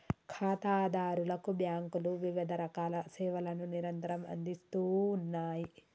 ఖాతాదారులకు బ్యాంకులు వివిధరకాల సేవలను నిరంతరం అందిస్తూ ఉన్నాయి